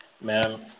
man